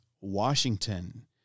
Washington